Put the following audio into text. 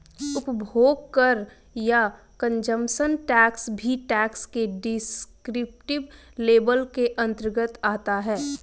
उपभोग कर या कंजप्शन टैक्स भी टैक्स के डिस्क्रिप्टिव लेबल के अंतर्गत आता है